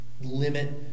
Limit